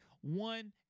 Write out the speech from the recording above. one